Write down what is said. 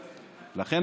לכן,